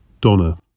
Donna